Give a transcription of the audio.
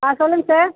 ஆ சொல்லுங்கள் சார்